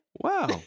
Wow